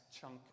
chunk